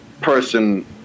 person